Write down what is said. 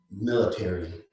military